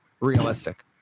realistic